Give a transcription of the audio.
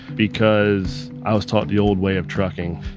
because i was taught the old way of trucking.